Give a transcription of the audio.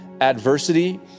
adversity